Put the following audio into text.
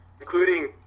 including